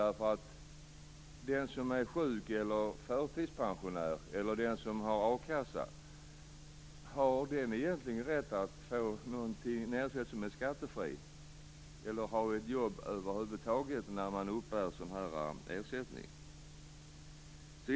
Har den som är sjuk, som är förtidspensionär eller som har a-kassa egentligen rätt att få en ersättning som är skattefri? Har man rätt att ha ett jobb över huvud taget när man uppbär en sådan här ersättning? Fru talman!